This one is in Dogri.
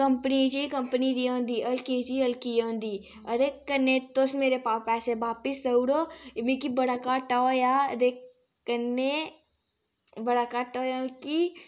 कपंनी दी चीज कंपनी दी गै होंदी हल्की चीज हल्की गै होंदी अदे कन्नै तुस मेरे पैसे बापस देउड़ो मिकी बड़ा घाटा होएआ ते कन्नै बड़ा घाटा होएआ मिकी